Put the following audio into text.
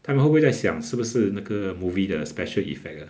他们会不会在想是不是那个 movie 的 special effects